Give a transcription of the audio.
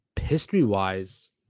history-wise